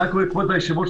כבוד היושב-ראש,